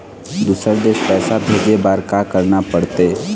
दुसर देश पैसा भेजे बार का करना पड़ते?